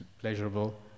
pleasurable